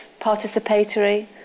participatory